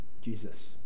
jesus